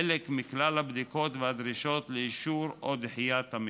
חלק מכלל הבדיקות והדרישות לאישור או דחיית המקרה.